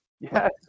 yes